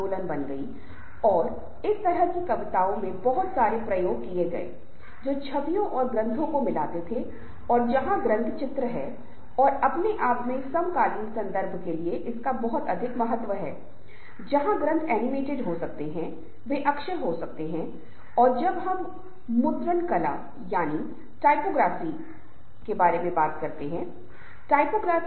समूह एक ऐसी चीज है जो बहुत महत्वपूर्ण है और काम को पूरा करने के लिए लोग हमेशा नेताओं या प्रबंधकों को बनाने की कोशिश करते हैं या जो संगठन में ज़िम्मेदार होता है वह हमेशा ऐसे समूह का निर्माण करना चाहता है जो बहुत कार्यात्मक हो